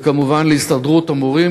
וכמובן להסתדרות המורים,